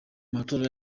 matora